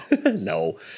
no